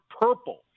purple